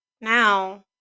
now